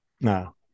No